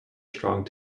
strong